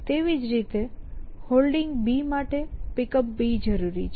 તેવી જ રીતે Holding માટે Pickup જરૂરી છે